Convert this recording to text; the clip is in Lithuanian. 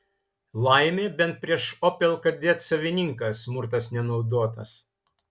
laimė bent prieš opel kadet savininką smurtas nenaudotas